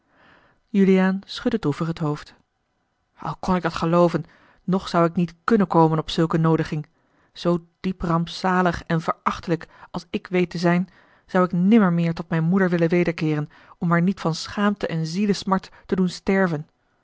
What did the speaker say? juliaan schudde droevig het hoofd al kon ik dat gelooven nog zou ik niet kunnen komen osboom oussaint e elftsche zulke noodiging zoo diep rampzalig en verachtelijk als ik weet te zijn zou ik nimmer meer tot mijne moeder willen wederkeeren om haar niet van schaamte en zielesmart te doen sterven